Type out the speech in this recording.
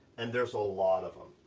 and there's a lot of em.